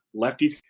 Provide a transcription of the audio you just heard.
lefties